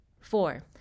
Four